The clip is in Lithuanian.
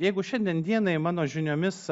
jeigu šiandien dienai mano žiniomis